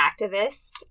activist